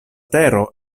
tero